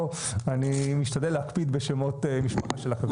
אני משתדל להקפיד בשמות משפחה של אחרים.